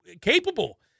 capable